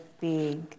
big